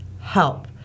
help